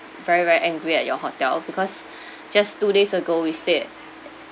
very very angry at your hotel because just two days ago we stayed at